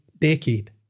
decade